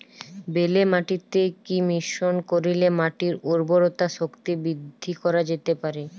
বেলে মাটিতে কি মিশ্রণ করিলে মাটির উর্বরতা শক্তি বৃদ্ধি করা যেতে পারে?